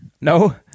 No